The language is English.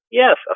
Yes